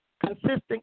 consistent